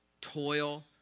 toil